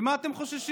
ממה אתם חוששים,